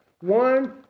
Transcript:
One